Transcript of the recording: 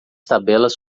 tabelas